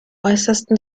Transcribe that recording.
äußersten